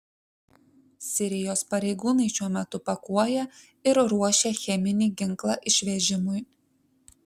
sirijos pareigūnai šiuo metu pakuoja ir ruošia cheminį ginklą išvežimui